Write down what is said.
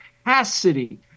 capacity